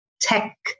tech